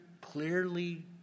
clearly